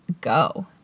go